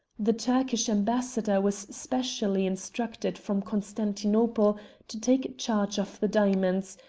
the turkish ambassador was specially instructed from constantinople to take charge of the diamonds,